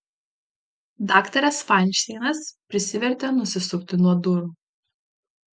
daktaras fainšteinas prisivertė nusisukti nuo durų